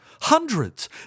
Hundreds